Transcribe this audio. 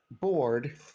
board